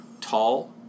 tall